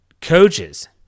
coaches